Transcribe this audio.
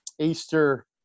Easter